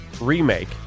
remake